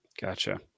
Gotcha